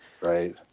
Right